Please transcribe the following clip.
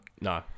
no